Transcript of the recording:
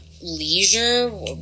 leisure